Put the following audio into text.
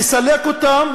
לסלק אותם